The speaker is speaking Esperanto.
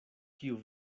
kiu